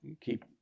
keep